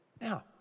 Now